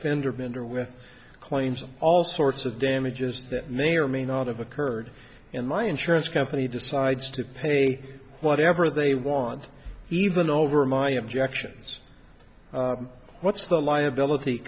fender bender with claims all sorts of damages that may or may not have occurred in my insurance company decides to pay whatever they want even over my objections what's the liability